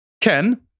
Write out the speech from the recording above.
Ken